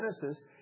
Genesis